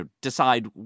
decide